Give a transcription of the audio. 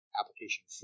application